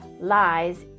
lies